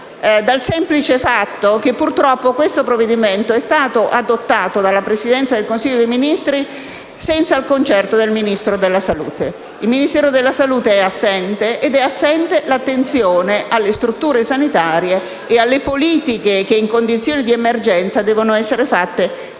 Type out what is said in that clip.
dal semplice fatto che purtroppo questo provvedimento è stato adottato dalla Presidenza del Consiglio dei ministri senza il concerto con il Ministro della salute. Il Ministero della salute è assente ed è assente l'attenzione alle strutture sanitarie e alle politiche che, in condizioni di emergenza, devono essere adottate